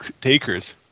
takers